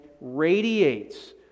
radiates